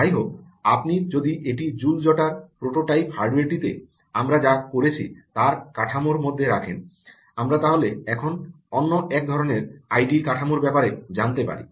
যাইহোক আপনি যদি এটি জুল জটার প্রোটোটাইপ হার্ডওয়ারটিতে আমরা যা করেছি তার কাঠামোর মধ্যে রাখেন তাহলে আমরা এখন অন্য এক ধরণের আইডিই কাঠামোর ব্যাপারে জানতে পারি